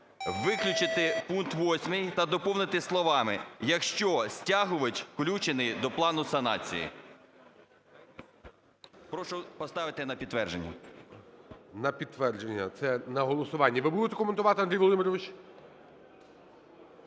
виключити пункт 8 та доповнити словами "якщо стягувач включений до плану санації". Прошу поставити на підтвердження. ГОЛОВУЮЧИЙ. На підтвердження – це на голосування. Ви будете коментувати, Андрій Володимирович?